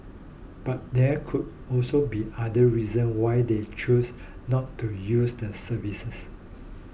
but there could also be other reasons why they choose not to use the services